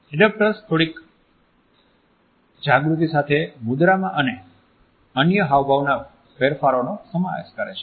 adapters થોડીક જાગૃતિ સાથે મુદ્રામાં અને અન્ય હાવભાવના ફેરફારનો સમાવેશ કરે છે